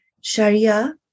Sharia